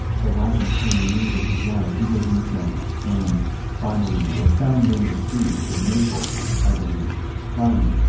the last ten years of his life he was insane, and finally was found in the streets of naples, i believe, crying,